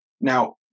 Now